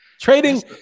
trading